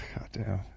Goddamn